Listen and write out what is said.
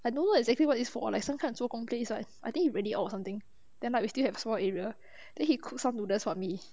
I don't know exactly what is it for like some kind of 做工 place I think she rent it out or something then like we still have small area then he cooked some noodles for me